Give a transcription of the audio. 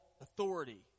authority